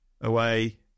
away